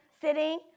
sitting